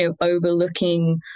overlooking